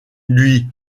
lui